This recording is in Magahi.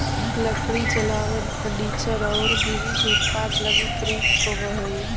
लकड़ी जलावन, फर्नीचर औउर विविध उत्पाद लगी प्रयुक्त होवऽ हई